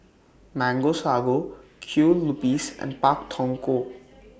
Mango Sago Kue Lupis and Pak Thong Ko